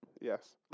Yes